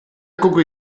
gucke